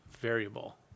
variable